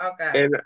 Okay